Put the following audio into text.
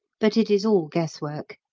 but it is all guess-work.